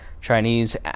Chinese